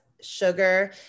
sugar